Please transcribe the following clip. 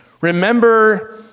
Remember